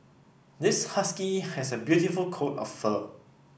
this husky has a beautiful coat of fur